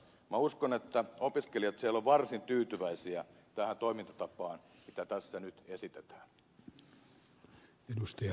minä uskon että opiskelijat siellä ovat varsin tyytyväisiä tähän toimintatapaan mitä tässä nyt esitetään